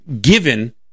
given